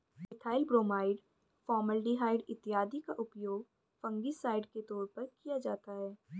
methyl bromide, formaldehyde इत्यादि का उपयोग फंगिसाइड के तौर पर किया जाता है